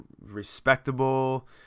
respectable